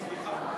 אדוני, סליחה,